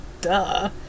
duh